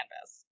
Canvas